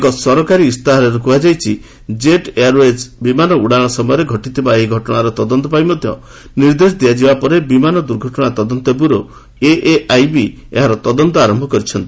ଏକ ସରକାରୀ ଇସ୍ତାହାରରେ କୁହାଯାଇଛି ଜେଟ୍ ଏୟାର୍ଓ୍ବେଜ୍ ବିମନା ଉଡ଼ାଶ ସମୟରେ ଘଟିଥିବା ଏହି ଘଟଣାର ତଦନ୍ତ ପାଇଁ ମଧ୍ୟ ନିର୍ଦ୍ଦେଶ ଦିଆଯିବା ପରେ ବିମାନ ଦୂର୍ଘଟଣା ତଦନ୍ତ ବ୍ୟୁରୋ ଏଏଆଇବି ଏହାର ତଦନ୍ତ ଆରମ୍ଭ କରିଛନ୍ତି